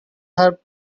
have